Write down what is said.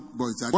boys